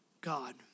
God